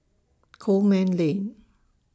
Coleman Lane